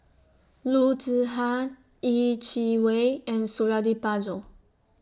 Loo Zihan Yeh Chi Wei and Suradi Parjo